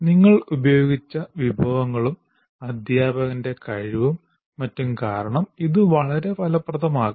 നിങ്ങൾ ഉപയോഗിച്ച വിഭവങ്ങളും അധ്യാപകന്റെ കഴിവും മറ്റും കാരണം ഇത് വളരെ ഫലപ്രദമാകാം